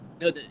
no